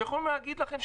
שיכולים להגיד לכם,